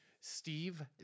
Steve